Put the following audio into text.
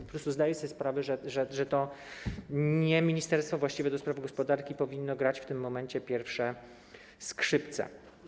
Po prostu zdaję sobie sprawę, że to nie ministerstwo właściwe do spraw gospodarki powinno grać w tym momencie pierwsze skrzypce.